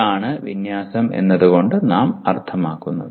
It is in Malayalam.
ഇതാണ് വിന്യാസം എന്നത് കൊണ്ട് നാം അർത്ഥമാക്കുന്നത്